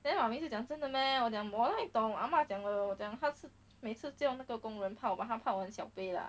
then 好意思讲真的 meh 我讲我哪里懂啊嘛讲的我讲他是每次叫那个工人泡 but 他泡我们小杯 lah